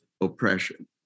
oppression